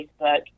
Facebook